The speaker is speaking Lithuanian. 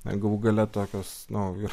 na galų gale tokios nu